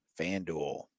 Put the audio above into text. FanDuel